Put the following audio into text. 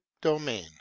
domain